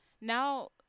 now